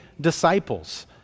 disciples